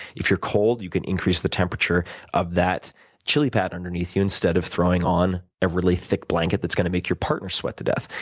if you're cold, you can increase the temperature of that chilipad underneath you instead of throwing on a really thick blanket that's going to make your partner sweat to death.